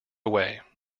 way